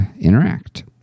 interact